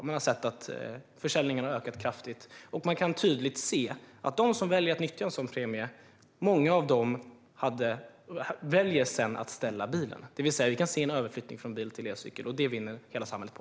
Man har sett att försäljningen har ökat kraftigt, och man kan tydligt se att många av de som väljer att nyttja en sådan här premie sedan väljer att ställa bilen. Vi kan alltså se en överflyttning från bil till elcykel, och det vinner hela samhället på.